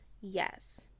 yes